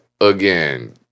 again